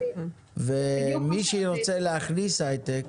מי שירצה להכניס היי-טק